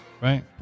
Right